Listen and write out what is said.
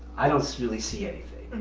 i don't really see anything.